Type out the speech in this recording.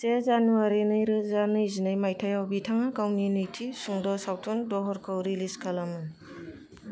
से जानुवारि नै रोजा नैजिनै माइथायाव बिथाङा गावनि नैथि सुंद' सावथुन दहरखौ रिलिज खालामो